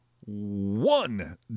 one